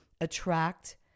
attract